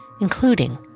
including